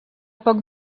poc